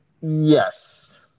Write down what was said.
Yes